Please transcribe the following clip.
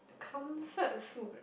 comfort food ah